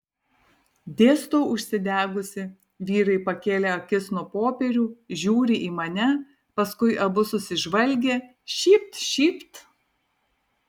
dėstau užsidegusi vyrai pakėlė akis nuo popierių žiūri į mane paskui abu susižvalgė šypt šypt